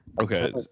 Okay